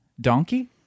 Donkey